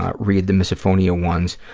ah read the misophonia ones,